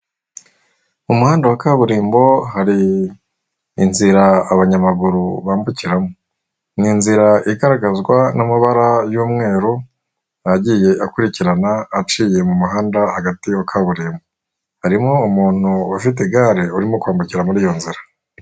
Mu muhanda wa kaburimbo hari inzira abanyamaguru bambukiramo, ni inzira igaragazwa n'amabara y'umweru agiye akurikirana aciye mu muhanda hagati wa kaburimbo, harimo umuntu ufite igare urimo kwambukira muri iyo nzira.